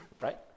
right